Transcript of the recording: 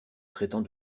traitant